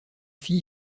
fille